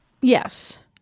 Yes